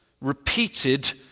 repeated